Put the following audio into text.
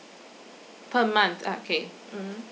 per month okay mm